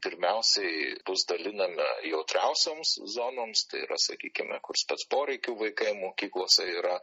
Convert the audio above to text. pirmiausiai bus dalinama jautriausioms zonoms tai yra sakykime kur spec poreikių vaikai mokyklose yra